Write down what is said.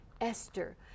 Esther